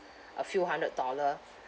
a few hundred dollar